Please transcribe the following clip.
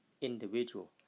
individual